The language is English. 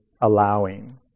allowing